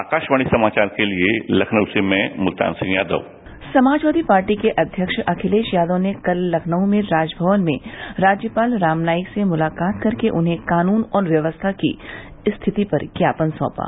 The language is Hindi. आकाशवाणी समाचार के लिए लखनऊ से में मुल्तान सिंह यादव समाजवादी पार्टी के अध्यक्ष अखिलेश यादव ने कल लखनऊ में राजभवन में राज्यपाल राम नाईक से मुलाकात करके उन्हें कानून और व्यवस्था की स्थिति पर ज्ञापन साँपा